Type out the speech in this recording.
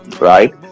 Right